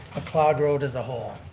mcleod road as a whole.